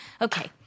okay